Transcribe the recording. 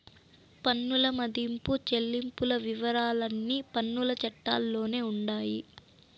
పన్నుల మదింపు చెల్లింపుల వివరాలన్నీ పన్నుల చట్టాల్లోనే ఉండాయి